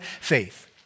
faith